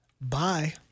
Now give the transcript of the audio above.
Bye